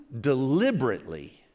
deliberately